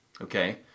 Okay